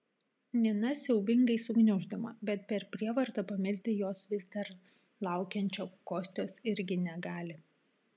nina siaubingai sugniuždoma bet per prievartą pamilti jos vis dar laukiančio kostios irgi negali